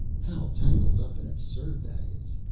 how tangled up and absurd that is!